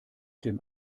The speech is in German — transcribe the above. dem